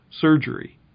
surgery